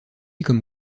comme